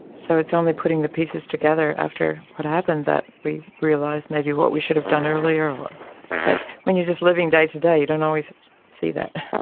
so it's only putting the pieces together after what happened that we realised maybe what we should have done earlier. but when you're just living day-to-day, you don't always see that.